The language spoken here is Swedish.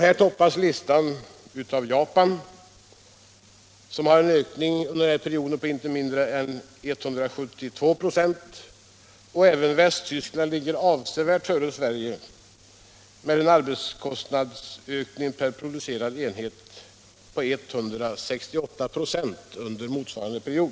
Listan toppas här av Japan med en ökning på inte mindre än 172 4. Även Västtyskland ligger avsevärt före Sverige med en arbetskostnadsökning per producerad enhet på 168 26 under denna period.